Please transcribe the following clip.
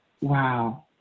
Wow